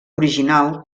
original